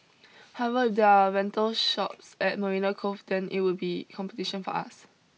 however if there are rental shops at Marina Cove then it would be competition for us